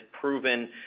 proven